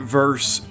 verse